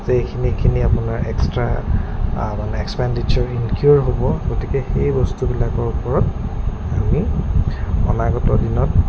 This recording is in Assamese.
যে এইখিনি এইখিনি আপোনাৰ এক্সট্ৰা মানে এক্সপেণ্ডিচাৰ ইনকিউৰ হ'ব গতিকে সেই বস্তুবিলাকৰ ওপৰত আমি অনাগত দিনত